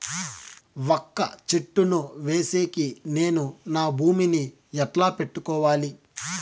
వక్క చెట్టును వేసేకి నేను నా భూమి ని ఎట్లా పెట్టుకోవాలి?